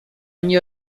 nie